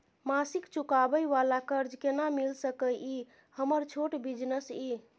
मासिक चुकाबै वाला कर्ज केना मिल सकै इ हमर छोट बिजनेस इ?